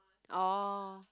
oh